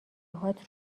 هات